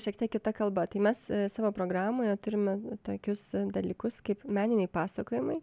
šiek tiek kita kalba tai mes savo programoje turime tokius dalykus kaip meniniai pasakojimai